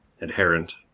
adherent